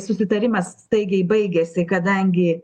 susitarimas staigiai baigėsi kadangi